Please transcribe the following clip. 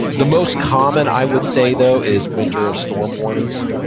the most common, i would say though, is winter storm warnings,